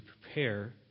prepare